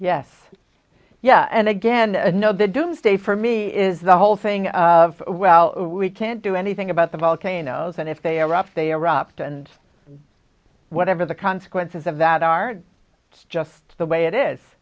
yes yeah and again and no they don't stay for me is the whole thing well we can't do anything about the volcano that if they are up they are up to and whatever the consequences of that are just the way it is